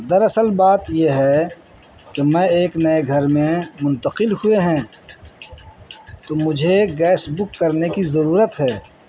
دراصل بات یہ ہے کہ میں ایک نئے گھر میں منتقل ہوئے ہیں تو مجھے گیس بک کرنے کی ضرورت ہے